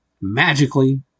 magically